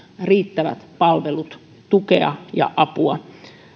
riittävät palvelut tukea ja apua